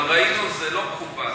ראינו, זה לא מכובד.